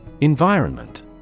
Environment